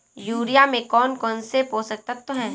Urea में कौन कौन से पोषक तत्व है?